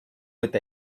with